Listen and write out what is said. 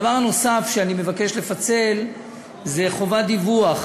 הדבר הנוסף שאני מבקש לפצל הוא חובת דיווח,